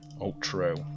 Ultra